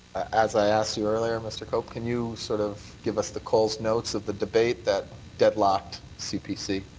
as i asked you earlier, mr. cope, can you sort of give us the coles notes of the debate that deadlocked cpc?